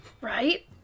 Right